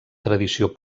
tradició